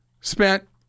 spent